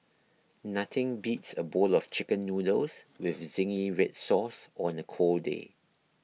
nothing beats a bowl of Chicken Noodles with Zingy Red Sauce on a cold day